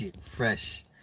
Fresh